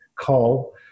call